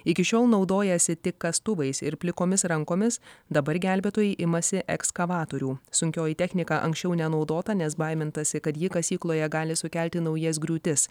iki šiol naudojasi tik kastuvais ir plikomis rankomis dabar gelbėtojai imasi ekskavatorių sunkioji technika anksčiau nenaudota nes baimintasi kad ji kasykloje gali sukelti naujas griūtis